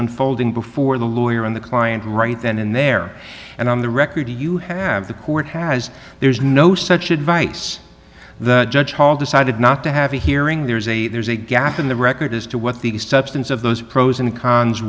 unfolding before the lawyer on the client right then and there and on the record you have the court has there's no such advice the judge decided not to have a hearing there's a there's a gap in the record as to what the substance of those pros and cons